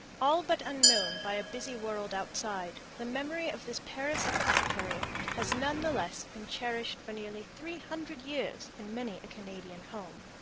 all but unknown by a busy world outside, the memory of this paris apothecary has none the less been cherished for nearly three hundred years in many a canadian home.